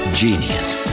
genius